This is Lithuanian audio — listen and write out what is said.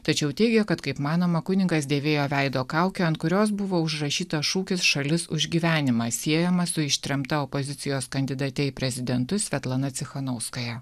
tačiau teigė kad kaip manoma kunigas dėvėjo veido kaukę ant kurios buvo užrašytas šūkis šalis už gyvenimą siejama su ištremta opozicijos kandidate į prezidentus svetlana cichanouskaja